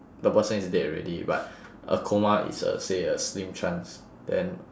the person is dead already but a coma is a say a slim chance then